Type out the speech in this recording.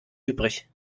übrig